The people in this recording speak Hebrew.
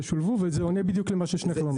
וזה עולה בדיוק למה ששניכם אמרתם.